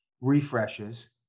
refreshes